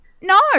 no